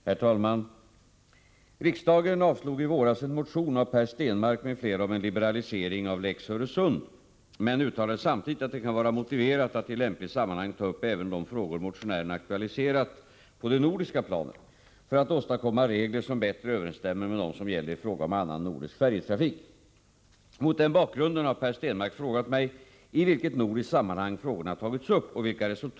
En rad tvister om telefondebiteringar när orimliga belopp pålagts abonnenterna visar dels att opålitlighet kan föreligga hos televerkets mätare, dels att abonnenterna har stora svårigheter att vinna rättvisa också när kontrollmätare visat att fel kan föreligga. Lex Öresund är en speciallag som bl.a. begränsar handel och hindrar underhållning ombord på färjorna mellan Skåne och Själland. Lagen är inte tillämplig för trafik till något annat land. Sannolikt är lex Öresund ett av de främsta skälen till en långvarigt dålig lönsamhet hos färjerederierna i trafik över Öresund.